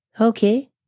Okay